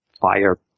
fire